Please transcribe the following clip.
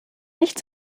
nicht